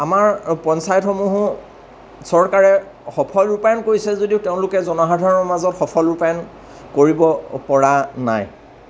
আমাৰ পঞ্চায়তসমূহো চৰকাৰে সফল ৰূপায়ন কৰিছে যদিও তেওঁলোকে জনসাধাৰণৰ মাজত সফল ৰূপায়ন কৰিব পৰা নাই